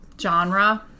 genre